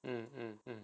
mm mm mm